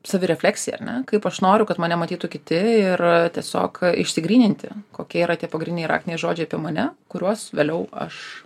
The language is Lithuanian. savirefleksija ar ne kaip aš noriu kad mane matytų kiti ir tiesiog išsigryninti kokie yra tie pagrindiniai raktiniai žodžiai apie mane kuriuos vėliau aš